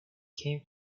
came